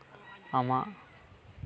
ᱟᱢᱟᱜ